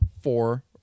four